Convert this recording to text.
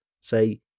say